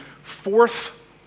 fourth